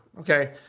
okay